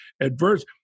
Adverse